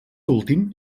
últim